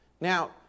Now